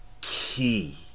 key